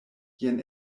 jen